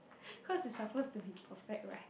cause it's supposed to be perfect right